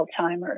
Alzheimer's